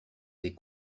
des